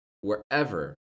wherever